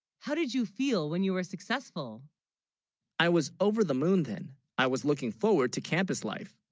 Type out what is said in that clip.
how, did you feel when you were successful i was over the moon then i was looking forward to campus life